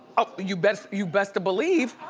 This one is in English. oh, you best you best believe.